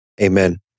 amen